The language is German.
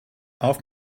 auf